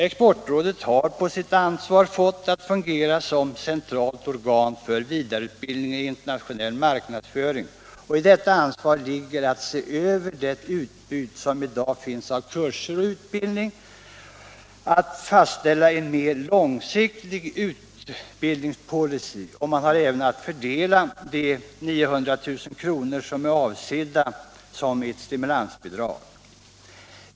Exportrådet har fått på sitt ansvar att fungera som centralt organ för vidareutbildning i internationell marknadsföring, och i detta ansvar ligger att se över det utbud som i dag finns av utbildning, att fastställa en mer långsiktig utbildningspolicy och att fördela de 900 000 kr. som är avsedda som ett stimulansbidrag.